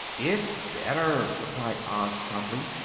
it's better, replied oz, promptly.